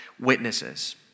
witnesses